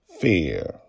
fear